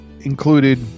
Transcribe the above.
included